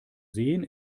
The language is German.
sehen